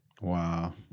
Wow